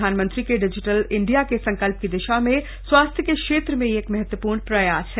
प्रधानमंत्री के digital India के संकल्प की दिशा में स्वास्थ्य के क्षेत्र में यह एक महत्वपूर्ण प्रयास है